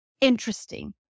interesting